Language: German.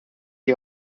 sie